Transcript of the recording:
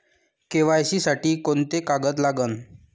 KYC साठी कोंते कागद लागन?